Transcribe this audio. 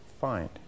find